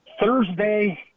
Thursday